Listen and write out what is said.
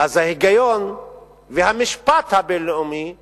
אז ההיגיון והמשפט הבין-לאומי הם